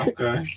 Okay